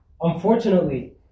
unfortunately